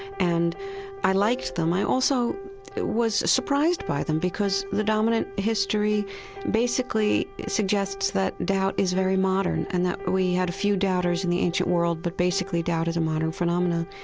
and i liked them. i also was surprised by them, because the dominant history basically suggests that doubt is very modern and that we had a few doubters in the ancient world, but basically doubt is a modern phenomenon.